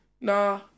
Nah